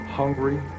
hungry